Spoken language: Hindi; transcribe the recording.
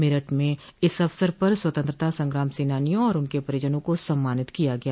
मेरठ में इस अवसर पर स्वतंत्रता संग्राम सेनानियों और उनके परिजनों को सम्मानित कियागया